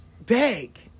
beg